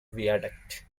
viaduct